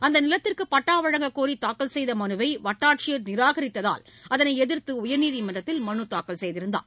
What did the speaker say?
அந்த நிலத்திற்கு பட்டா வழங்கக் கோரி தாக்கல் செய்த மனுவை வட்டாட்சியர் நிராகரித்ததால் அதனை எதிர்த்து உயர்நீதிமன்றத்தில் மனு தாக்கல் செய்தார்